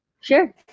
sure